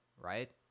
right